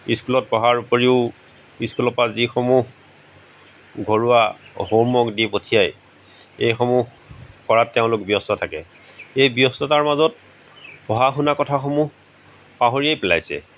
স্কুলত পঢ়াৰ উপৰিও স্কুলৰ পৰা যিসমূহ ঘৰুৱা হোমৱৰ্ক দি পঠিয়াই এইসমূহ কৰাত তেওঁলোক ব্যস্ত থাকে এই ব্যস্ততাৰ মাজত পঢ়া শুনাৰ কথাসমূহ পাহৰিয়ে পেলাইছে